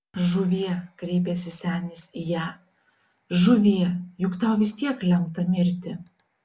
žuvie kreipėsi senis į ją žuvie juk tau vis tiek lemta mirti